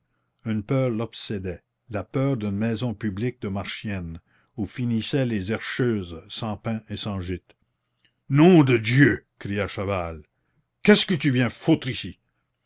une peur l'obsédait la peur d'une maison publique de marchiennes où finissaient les herscheuses sans pain et sans gîte nom de dieu cria chaval qu'est-ce que tu viens foutre ici